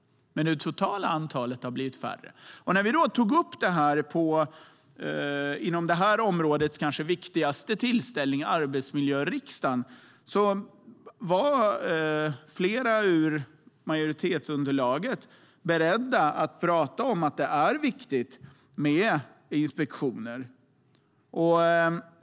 Men det totala antalet har blivit mindre. När vi tog upp detta på områdets kanske viktigaste tillställning, arbetsmiljöriksdagen, var flera ur majoritetsunderlaget beredda att prata om att det är viktigt med inspektioner.